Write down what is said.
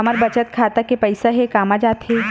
हमर बचत खाता के पईसा हे कामा जाथे?